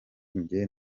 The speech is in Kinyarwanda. njye